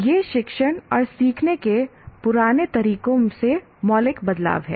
यह शिक्षण और सीखने के पुराने तरीकों से मौलिक बदलाव है